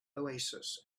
oasis